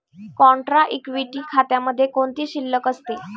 Contra equity खात्यामध्ये कोणती शिल्लक असते?